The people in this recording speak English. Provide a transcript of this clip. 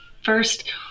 First